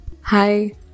Hi